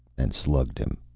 and slugged him.